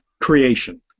creation